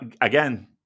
again